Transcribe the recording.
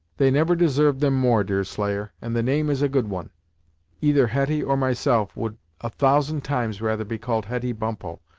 they never deserved them more, deerslayer, and the name is a good one either hetty, or myself, would a thousand times rather be called hetty bumppo,